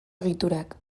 egiturak